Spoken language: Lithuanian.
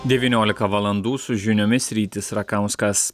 devyniolika valandų su žiniomis rytis rakauskas